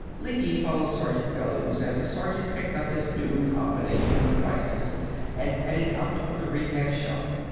lecky followed sergeant bellews as the sergeant picked up his new combination of devices and headed out of the rehab shop.